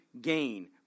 gain